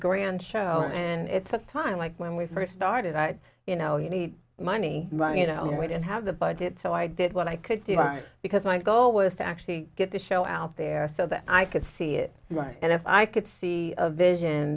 grand show and it's a time like when we first started i had you know you need money right you know and we didn't have the budget so i did what i could do right because my goal was to actually get the show out there so that i could see it right and if i could see a vision